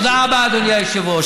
תודה רבה, אדוני היושב-ראש.